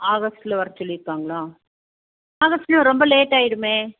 ஆகஸ்டில் வர சொல்லிருக்காங்களா ஆகஸ்ட்ன்னா ரொம்ப லேட் ஆகிடுமே